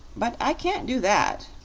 but i can't do that,